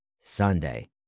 Sunday